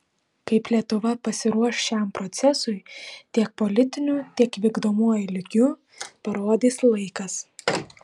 kaip lietuva pasiruoš šiam procesui tiek politiniu tiek vykdomuoju lygiu parodys laikas